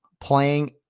playing